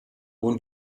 hohen